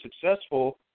successful